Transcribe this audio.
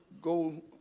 go